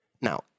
Now